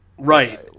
Right